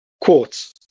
Quartz